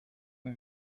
wie